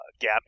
gap